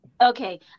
Okay